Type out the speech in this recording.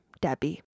Debbie